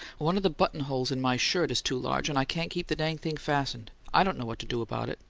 one of the buttonholes in my shirt is too large and i can't keep the dang thing fastened. i don't know what to do about it!